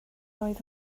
oedd